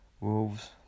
Wolves